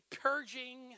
purging